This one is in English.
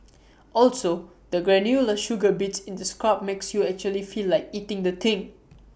also the granular sugar bits in the scrub makes you actually feel like eating the thing